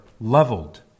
leveled